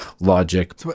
logic